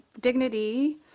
dignity